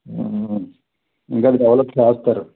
ఇంకా డెవలప్ చేస్తారు